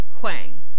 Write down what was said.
Huang